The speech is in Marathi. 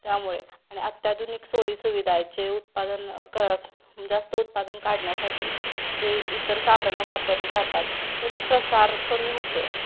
त्यामुळे आणि अत्याधुनिक सोयीसुविधा आहे जे उत्पादन कर जास्त उत्पादन काढण्यासाठी जे इतर साधनं वापरली जातात त्याचा प्रसार कमी होतो आहे